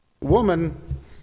Woman